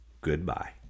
Goodbye